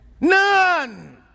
None